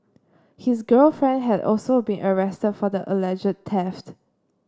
his girlfriend had also been arrested for the alleged theft